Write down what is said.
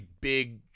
big